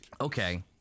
okay